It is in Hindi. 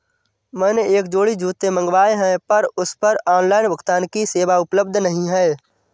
मैंने एक जोड़ी जूते मँगवाये हैं पर उस पर ऑनलाइन भुगतान की सेवा उपलब्ध नहीं है